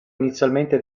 inizialmente